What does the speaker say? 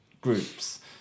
groups